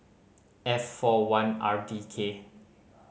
F four one R D K